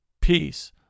peace